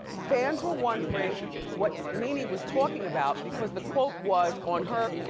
fans were wondering what nene was talking about because the quote was on her,